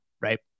right